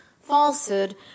falsehood